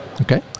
Okay